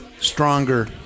stronger